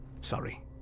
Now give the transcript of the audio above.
Sorry